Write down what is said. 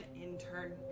intern